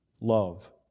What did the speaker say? love